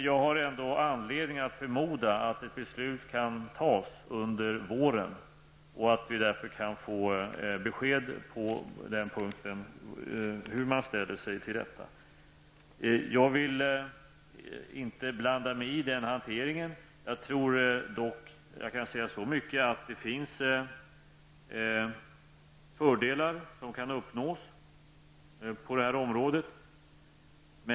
Jag har ändå anledning att förmoda att ett beslut kan fattas under våren, så att vi därför kan få besked om hur man ställer sig till detta. Jag vill inte blanda mig i hanteringen, men jag kan säga så mycket att det finns fördelar som kan uppnås på området.